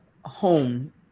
home